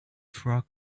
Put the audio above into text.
frog